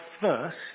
first